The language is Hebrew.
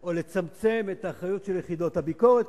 או לצמצם את האחריות של יחידות הביקורת,